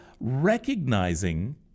recognizing